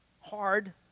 hard